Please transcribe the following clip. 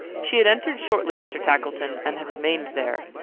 she had entered shortly after tackleton, and had remained there.